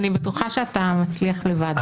אני בטוחה שאתה מצליח להבין.